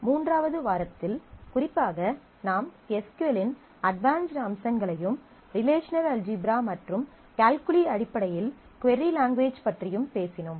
மூன்றாவது வாரத்தில் குறிப்பாக நாம் எஸ் க்யூ எல் ன் அட்வான்ஸ்ட் அம்சங்களையும் ரிலேஷனல் அல்ஜிப்ரா மற்றும் கால்குலி அடிப்படையில் கொரி லாங்குவேஜ் பற்றியும் பேசினோம்